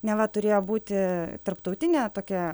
neva turėjo būti tarptautinė tokia